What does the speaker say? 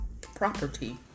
Property